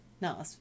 No